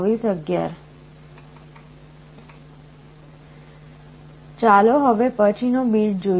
ચાલો હવે પછી નો બીટ જોઈએ